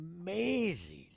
amazing